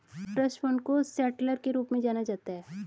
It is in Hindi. ट्रस्ट फण्ड को सेटलर के रूप में जाना जाता है